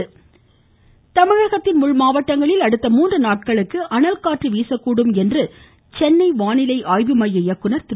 வானிலை தமிழகத்தின் உள் மாவட்டங்களில் அடுத்த மூன்று நாட்களுக்கு அனல் காற்று வீசக்கூடும் என்று சென்னை வானிலை ஆய்வு மைய இயக்குனர் திரு